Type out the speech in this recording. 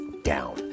down